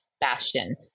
bastion